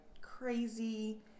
crazy